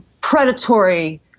predatory